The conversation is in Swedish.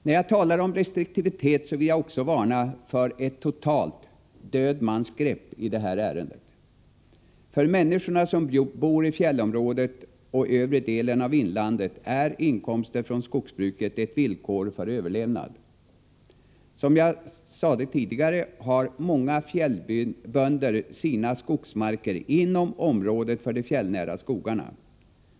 När jag talar om restriktivitet vill jag också varna för ett ”död mans grepp” i detta ärende. För människorna som bor i fjällområdet och övre delen av inlandet är inkomster från skogsbruket ett villkor för överlevnad. Som jag sade tidigare har många fjällbönder sina skogsmarker inom området för de fjällnära skogarna.